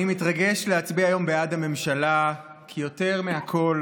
אני מתרגש להצביע היום בעד הממשלה, כי יותר מכול